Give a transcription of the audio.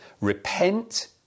repent